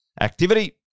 activity